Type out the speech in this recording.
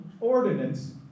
ordinance